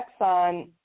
Exxon